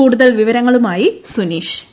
കൂടുതൽ വിവരങ്ങളുമായി സുനീഷ്